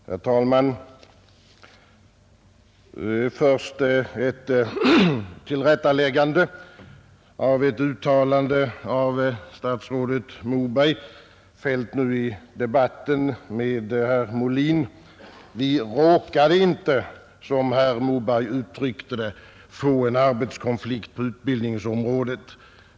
Herr talman! Först ett tillrättaläggande av ett uttalande av statsrådet Moberg, fällt i debatten med herr Molin. Vi ”råkade” inte få en arbetskonflikt på utbildningsområdet, som herr Moberg uttryckte det.